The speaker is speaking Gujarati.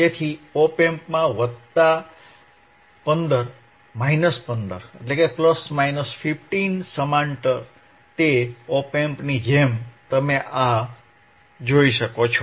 તેથી ઓપ એમ્પમાં વત્તા 15 માઇનસ 15 સમાંતર તે ઓપ એમ્પની જેમ તમે આ જોઈ શકો છો